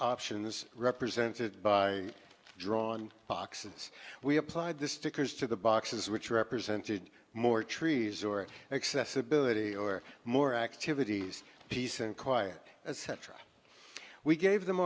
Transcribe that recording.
options represented by drawn boxes we applied the stickers to the boxes which represented more trees or accessibility or more activities peace and quiet as had tried we gave them